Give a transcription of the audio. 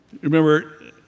Remember